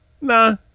nah